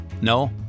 No